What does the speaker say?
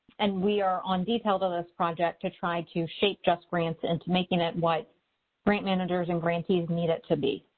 and we are on detailed on this project to try to shape justgrants and into making it what grant managers and grantees need it to be.